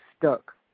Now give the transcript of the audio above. stuck